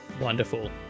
Wonderful